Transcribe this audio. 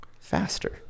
faster